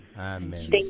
Amen